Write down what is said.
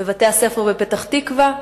בבתי-הספר בפתח-תקווה,